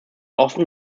often